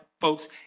folks